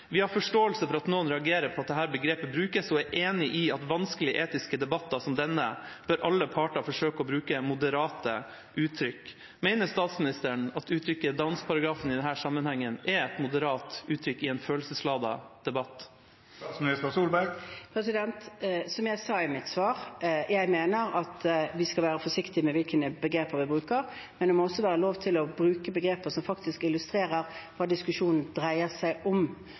har forståelse for at noen reagerer på at dette begrepet brukes, og er enige i at i vanskelige etiske debatter som denne bør alle parter forsøke å bruke moderate uttrykk.» Mener statsministeren at uttrykket «downs-paragrafen» i denne sammenhengen er et moderat uttrykk i en følelsesladet debatt? Som jeg sa i mitt svar: Jeg mener at vi skal være forsiktig med hvilke begreper vi bruker. Men det må også være lov til å bruke begreper som faktisk illustrerer hva diskusjonen dreier seg om, og særlig når representanter for Arbeiderpartiet forsøker å tåkelegge hva denne diskusjonen dreier seg om,